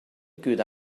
good